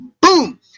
Boom